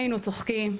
היינו צוחקים,